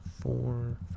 four